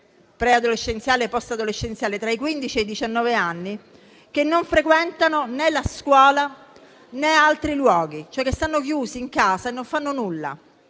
preadolescenziale e postadolescenziale tra i quindici e i diciannove anni che non frequentano né la scuola, né altri luoghi, cioè stanno chiusi in casa e non fanno nulla.